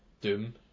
Doom